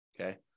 Okay